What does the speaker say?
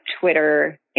Twitter